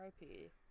RIP